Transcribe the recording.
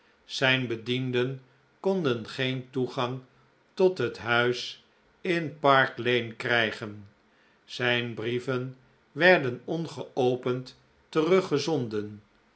zijn bedienden konden geen toegang tot het huis in park lane krijgen zijn brieven werden ongeopend